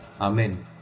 Amen